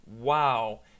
Wow